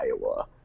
Iowa